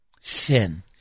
sin